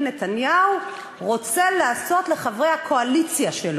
נתניהו רוצה לעשות לחברי הקואליציה שלו.